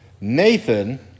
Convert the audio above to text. Nathan